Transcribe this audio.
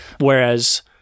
Whereas